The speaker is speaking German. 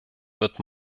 wird